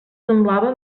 semblava